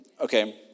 Okay